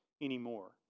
anymore